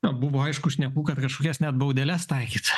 na buvo aišku šnekų kad kažkokias net baudeles taikyt